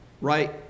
right